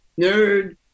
nerd